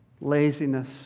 laziness